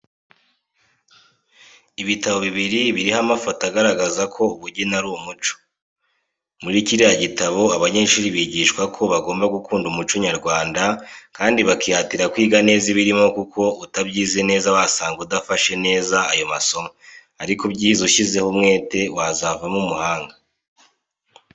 Ibitabo bibiri biriho amafoto agaragaza ko ubugeni ari umuco, muri kiriya gitabo abanyeshuri bigishwa ko bagomba gukunda Umuco Nyarwanda kandi bakihatira kwiga neza ibirimo kuko utabyize neza wazasanga udafashe neza ayo masomo ariko ubyize ushyizeho umwete wazavamo umuhanga.